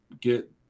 get